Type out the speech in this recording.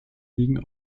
liegen